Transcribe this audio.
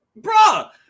bruh